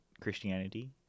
Christianity